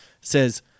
says